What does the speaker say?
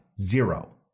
Zero